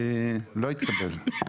לא התקבל.